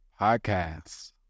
Podcast